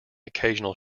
occasional